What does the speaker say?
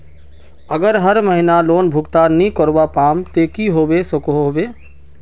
अगर हर महीना लोन भुगतान नी करवा पाम ते की होबे सकोहो होबे?